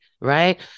right